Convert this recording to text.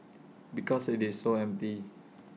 because IT is so empty